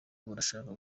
burashaka